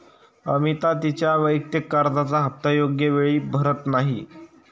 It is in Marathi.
अमिता तिच्या वैयक्तिक कर्जाचा हप्ता योग्य वेळी भरत नाही